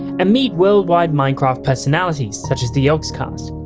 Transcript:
and meet worldwide minecraft personalities such as the yogscast.